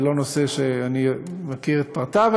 זה לא נושא שאני מכיר את פרטיו.